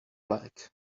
black